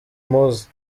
muzi